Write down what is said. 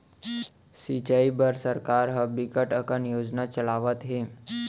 सिंचई बर सरकार ह बिकट अकन योजना चलावत हे